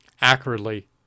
accurately